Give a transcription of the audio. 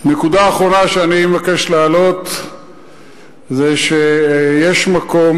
נקודה אחרונה שאני מבקש להעלות זה שיש מקום